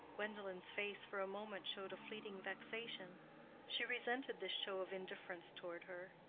gwendolen's face for a moment showed a fleeting vexation she resented this show of indifference toward her.